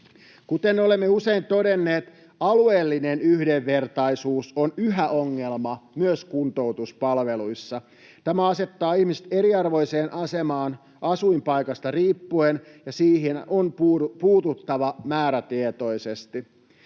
Kuten olemme usein todenneet, alueellinen yhdenvertaisuus on yhä ongelma myös kuntoutuspalveluissa. Tämä asettaa ihmiset eriarvoiseen asemaan asuinpaikasta riippuen, ja siihen on puututtava määrätietoisesti.